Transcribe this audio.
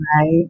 right